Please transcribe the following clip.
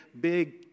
big